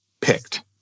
picked